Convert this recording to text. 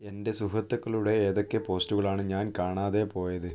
എന്റെ സുഹൃത്തുക്കളുടെ ഏതൊക്കെ പോസ്റ്റുകളാണ് ഞാൻ കാണാതെ പോയത്